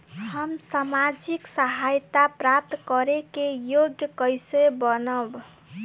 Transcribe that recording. हम सामाजिक सहायता प्राप्त करे के योग्य कइसे बनब?